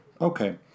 Okay